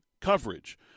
coverage